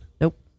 Nope